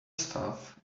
stuff